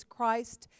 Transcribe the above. Christ